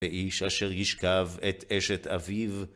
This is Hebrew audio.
ואיש אשר ישכב את אשת אביו.